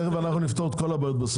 נפתור את כל הבעיות.